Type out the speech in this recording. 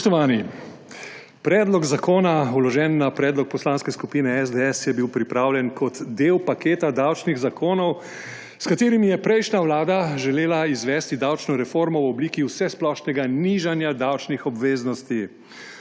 Spoštovani! Predlog zakona, vložen na predlog Poslanske skupine SDS, je bil pripravljen kot del paketa davčnih zakonov, s katerimi je prejšnja vlada želela izvesti davčno reformo v obliki vsesplošnega nižanja davčnih obveznosti.